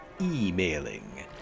emailing